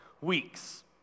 weeks